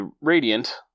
Radiant